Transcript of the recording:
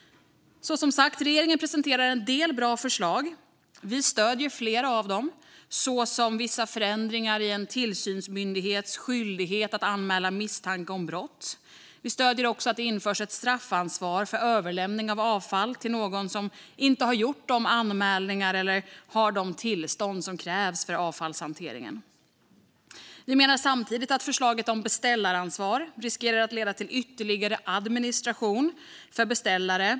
Regeringen presenterar som sagt en del bra förslag. Vi stöder flera av dem, såsom vissa förändringar i en tillsynsmyndighets skyldighet att anmäla misstanke om brott. Vi stöder också införandet av ett straffansvar för överlämning av avfall till någon som inte har gjort de anmälningar eller har de tillstånd som krävs för avfallshanteringen. Vi menar samtidigt att förslaget om beställaransvar riskerar att leda till ytterligare administration för beställare.